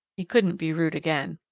he couldn't be rude again.